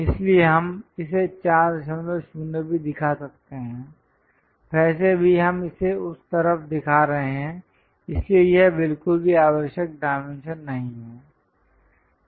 इसलिए हम इसे 40 भी दिखा सकते हैं वैसे भी हम इसे उस तरफ दिखा रहे हैं इसलिए यह बिल्कुल भी आवश्यक डायमेंशन नहीं है